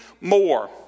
more